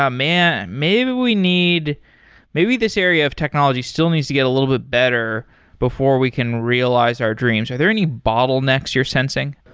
ah man! maybe we need maybe this area of technology still needs to get a little bit better before we can realize our dreams. are there any bottlenecks you're sensing?